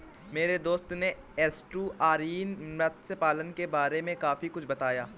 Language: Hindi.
मेरे दोस्त ने एस्टुअरीन मत्स्य पालन के बारे में काफी कुछ बताया